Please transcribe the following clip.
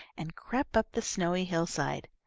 and crept up the snowy hillside.